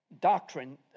doctrine